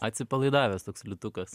atsipalaidavęs toks liūtukas